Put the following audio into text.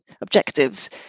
objectives